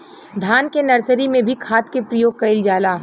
धान के नर्सरी में भी खाद के प्रयोग कइल जाला?